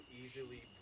easily